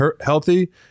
healthy